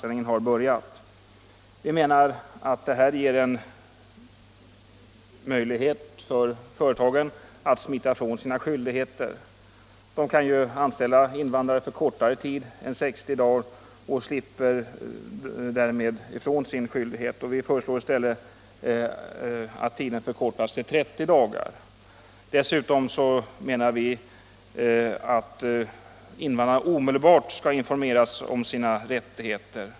Vi anser att denna bestämmelse ger företagen en möjlighet att smita ifrån sina skyldigheter; de kan anställa invandrare för kortare tid än 60 dagar, och de slipper därmed ifrån sin skyldighet. Vi föreslår att denna tid förkortas till 30 dagar. Dessutom anser vi att invandrarna omedelbart skall informeras om sina rättigheter.